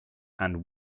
and